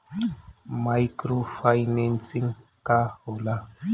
Micro financing का होला?